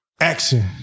Action